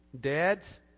Dads